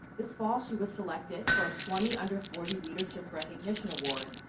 this fall, she was selected for a twenty under forty leadership recognition award,